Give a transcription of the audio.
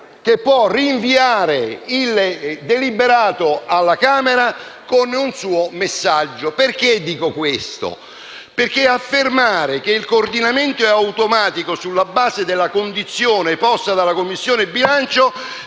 che può rinviare il deliberato alla Camera con un suo messaggio. Dico questo perché affermare che il coordinamento è automatico sulla base delle condizioni poste dalla Commissione bilancio